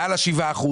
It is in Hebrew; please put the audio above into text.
מעל ה-7%,